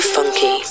Funky